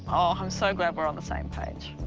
oh, i'm so glad we're on the same page.